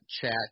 Chat